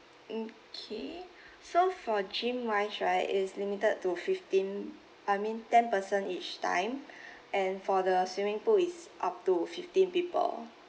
okay so for gym wise right it's limited to fifteen I mean ten person each time and for the swimming pool is up to fifteen people